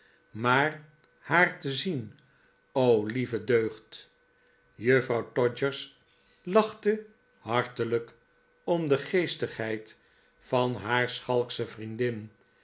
maar haar te zien o lieve deugd juffrouw todgers lachte hartelijk om de geestighejd van haar schalksche vriendin